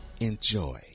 enjoy